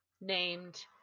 named